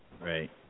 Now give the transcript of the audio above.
Right